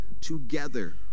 together